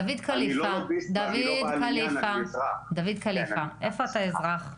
דוד כליפה, איפה אתה אזרח?